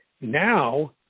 now